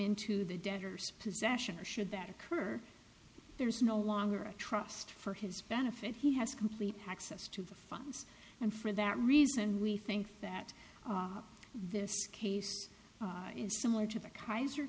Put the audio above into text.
into the debtors possession or should that occur there is no longer a trust for his benefit he has complete access to the funds and for that reason we think that this case is similar to the kaiser